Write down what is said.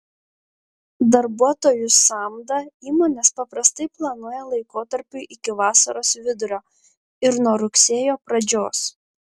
darbuotojų samdą įmonės paprastai planuoja laikotarpiui iki vasaros vidurio ir nuo rugsėjo pradžios